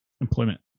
employment